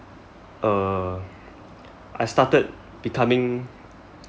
uh I started becoming